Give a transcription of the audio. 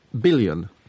billion